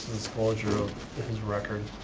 disclosure of his record,